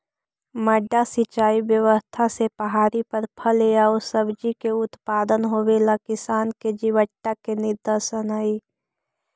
मड्डा सिंचाई व्यवस्था से पहाड़ी पर फल एआउ सब्जि के उत्पादन होवेला किसान के जीवटता के निदर्शन हइ